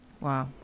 wow